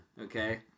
okay